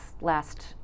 last